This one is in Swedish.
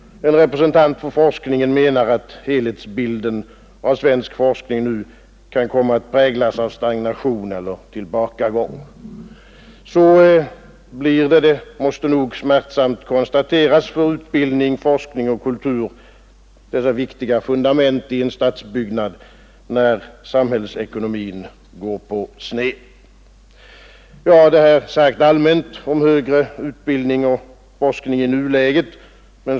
En representant för forskningen menar att helhetsbilden av svensk forskning nu kan komma att präglas av stagnation eller tillbakagång. Så blir det — det måste nog smärtsamt konstateras — för utbildning, forskning och kultur, dessa viktiga fundament i en statsbyggnad, när sam hällsekonomin går på sned. Detta sagt allmänt om högre utbildning och forskning i nuläget.